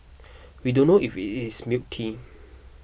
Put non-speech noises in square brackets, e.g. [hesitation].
we don't know if [hesitation] it's milk tea